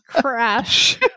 crash